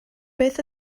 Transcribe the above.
beth